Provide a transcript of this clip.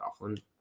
Coughlin